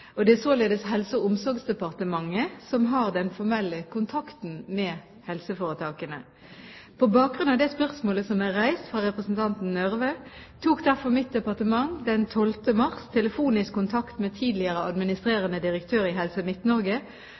har den formelle kontakten med helseforetakene. På bakgrunn av det spørsmålet som er reist fra representanten Nørve, tok derfor mitt departement den 12. mars telefonisk kontakt med tidligere administrerende direktør i Helse